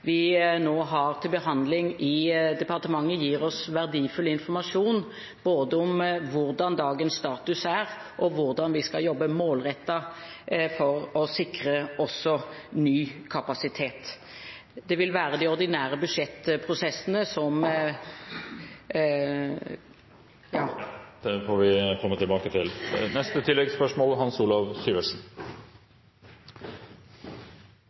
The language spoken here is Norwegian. vi nå har til behandling i departementet, gir oss verdifull informasjon både om hvordan dagens status er, og hvordan vi skal jobbe målrettet for å sikre ny kapasitet. Det vil være de ordinære budsjettprosessene som … Det får vi komme tilbake til. Hans Olav Syversen